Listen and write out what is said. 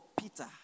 Peter